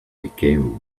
became